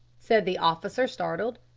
said the officer, startled.